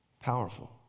Powerful